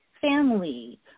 family